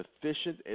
efficient